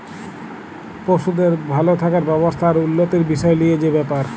পশুদের ভাল থাকার ব্যবস্থা আর উল্যতির বিসয় লিয়ে যে ব্যাপার